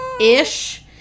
ish